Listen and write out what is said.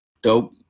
Dope